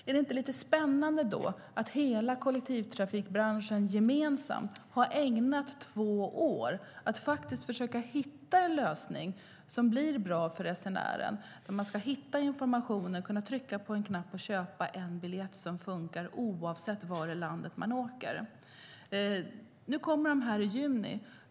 Är det inte lite spännande då att hela kollektivtrafikbranschen gemensamt har ägnat två år åt att försöka hitta en lösning som blir bra för resenären? Resenären ska hitta informationen, kunna trycka på en knapp och köpa en biljett som funkar oavsett var i landet man åker. Nu kommer detta i juni.